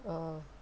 oh